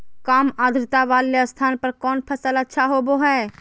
काम आद्रता वाले स्थान पर कौन फसल अच्छा होबो हाई?